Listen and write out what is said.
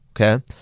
Okay